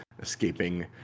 escaping